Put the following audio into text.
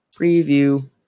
preview